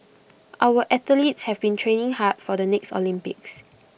our athletes have been training hard for the next Olympics